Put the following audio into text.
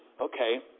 Okay